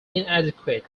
inadequate